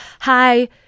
hi